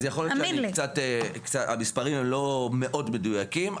אז יכול להיות שהמספרים הם לא מאוד מדויקים,